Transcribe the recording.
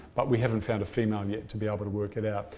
but we haven't found a female yet to be able to work it out.